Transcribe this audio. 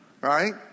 right